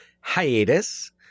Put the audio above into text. hiatus